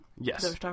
Yes